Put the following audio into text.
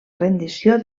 rendició